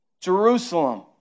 Jerusalem